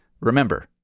remember